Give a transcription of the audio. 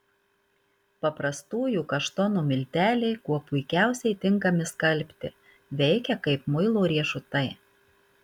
paprastųjų kaštonų milteliai kuo puikiausiai tinkami skalbti veikia kaip muilo riešutai